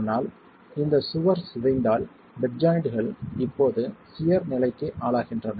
ஆனால் இந்தச் சுவர் சிதைந்தால் பெட் ஜாய்ண்ட்கள் இப்போது சியர் நிலைக்கு ஆளாகின்றன